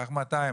קח 200,